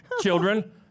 children